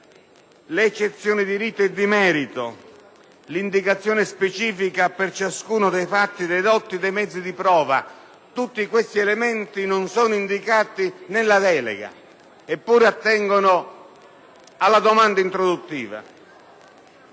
le eccezioni di rito e di merito; l’indicazione specifica, per ciascuno dei fatti dedotti, dei mezzi di prova: tutti questi elementi non sono indicati nella delega, eppure attengono alla domanda introduttiva.